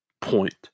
point